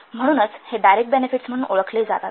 म्हणूनच हे direct benefits म्हणून ओळखले जातात